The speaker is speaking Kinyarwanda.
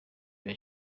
bya